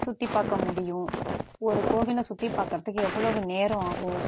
சுற்றி பார்க்க முடியும் ஒரு கோவிலை சுற்றி பார்க்கறதுக்கு எவ்வளவு நேரம் ஆகும்